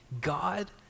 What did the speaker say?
God